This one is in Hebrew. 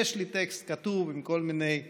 ויש לי טקסט כתוב עם כל מיני סעיפים.